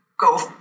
go